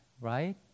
right